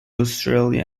australia